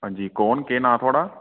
हां जी कौन केह् नांऽ थुहाड़ा